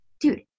dude